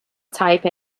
type